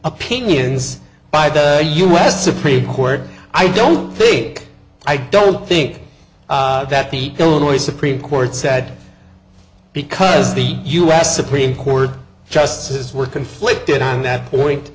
opinions by the u s supreme court i don't think i don't think that the illinois supreme court said because the u s supreme court justices were conflicted on that point